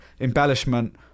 embellishment